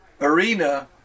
arena